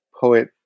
poet